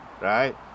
right